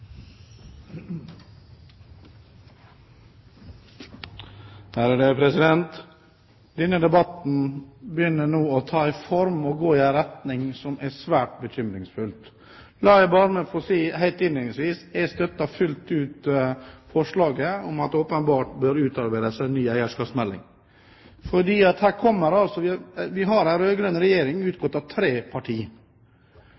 her, kommer også fram svart på hvitt. Denne debatten begynner nå å ta en form og gå i en retning som er svært bekymringsfull. La meg bare helt innledningsvis få si: Jeg støtter fullt ut forslaget om at det bør utarbeides en ny eierskapsmelding. Vi har en rød-grønn regjering